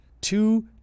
Two